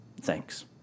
Thanks